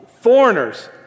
foreigners